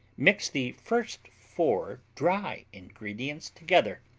mix the first four dry ingredients together,